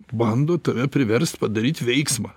bando tave priverst padaryt veiksmą